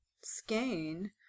skein